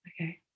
okay